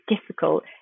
difficult